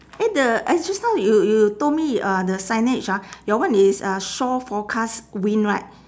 eh the I just now you you told me uh the signage ah your one is uh shore forecast wind right